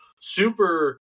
super